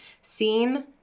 seen